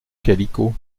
calicot